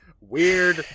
Weird